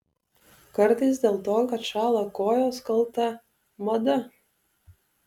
kartais dėl to kad šąla kojos kalta mada